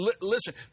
listen